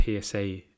PSA